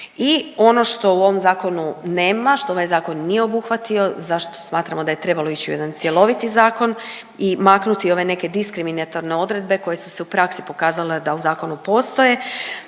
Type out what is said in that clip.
I ono što u ovom zakonu nema, što ovaj zakon nije obuhvatio za što smatramo da je trebalo ići u jedan cjeloviti zakon i maknuti ove neke diskriminatorne odredbe koje su se u praksi pokazale da u zakonu postoje,